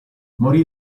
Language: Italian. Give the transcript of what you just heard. morì